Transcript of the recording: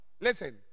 Listen